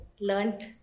learned